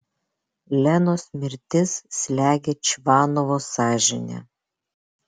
lenos mirtis slegia čvanovo sąžinę